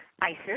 ISIS